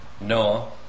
Noah